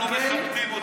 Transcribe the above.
אנחנו לא מכבדים אותו.